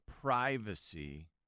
privacy